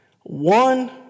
one